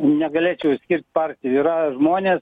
negalėčiau išskirt partijų yra žmonės